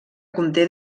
conté